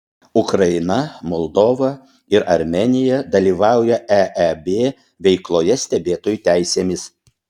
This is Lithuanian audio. ukraina moldova ir armėnija dalyvauja eeb veikloje stebėtojų teisėmis